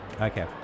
Okay